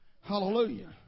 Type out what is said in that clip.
Hallelujah